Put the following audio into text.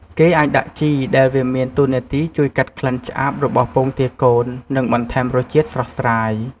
គេអាចដាក់ជីរដែលវាមានតួនាទីជួយកាត់ក្លិនឆ្អាបរបស់ពងទាកូន និងបន្ថែមរសជាតិស្រស់ស្រាយ។